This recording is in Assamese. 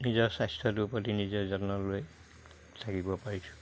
নিজৰ স্বাস্থ্যটোৰ প্ৰতি নিজে যত্ন লৈ থাকিব পাৰিছোঁ